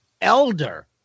elder